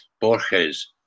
Borges